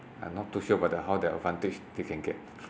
I'm not too sure about the how the advantage they can get